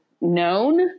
known